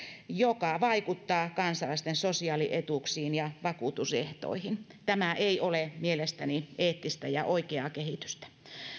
joka vaikuttaa kansalaisten sosiaalietuuksiin ja vakuutusehtoihin tämä ei ole mielestäni eettistä ja oikeaa kehitystä